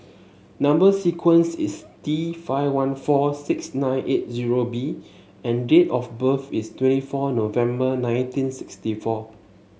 number sequence is T five one four six nine eight zero B and date of birth is twenty four November nineteen sixty four